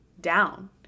down